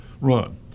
run